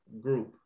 group